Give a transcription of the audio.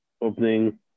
opening